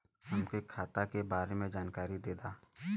हमके खाता के बारे में जानकारी देदा?